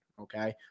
Okay